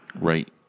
right